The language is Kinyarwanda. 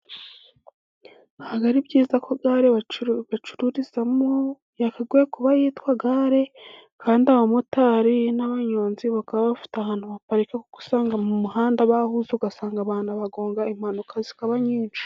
Ntabwo ari byiza ko gare bacururizamo yagakwiye kuba yitwa gare, kandi abamotari n'abanyonzi bakaba bafite ahantu baparika, kuko usanga mu muhanda bahuzuye ugasanga abantu banabagonga, impanuka zikaba nyinshi.